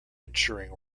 ensuring